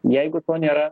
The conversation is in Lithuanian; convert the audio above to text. jeigu to nėra